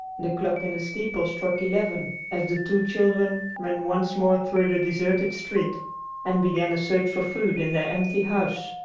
the clock in the steeple struck eleven as the two children ran once more through the deserted street and began a search for food in their empty house.